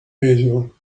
basil